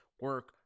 Work